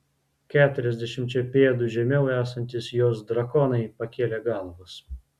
keturiasdešimčia pėdų žemiau esantys jos drakonai pakėlė galvas